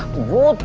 will